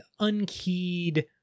unkeyed